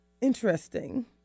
interesting